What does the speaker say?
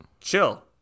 chill